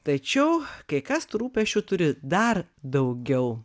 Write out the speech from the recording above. tačiau kai kas tų rūpesčių turi dar daugiau